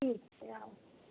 ठीक छै आउ